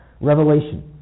Revelation